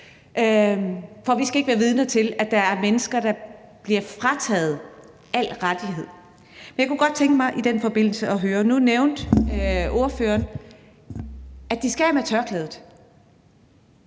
For vi skal ikke være vidne til, at der er mennesker, der bliver frataget alle rettigheder. Men jeg kunne godt tænke mig i den forbindelse at høre om noget. Nu nævnte ordføreren, at de skal af med tørklædet.